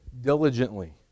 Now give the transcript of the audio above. diligently